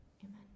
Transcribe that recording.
amen